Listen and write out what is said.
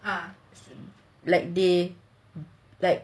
like they like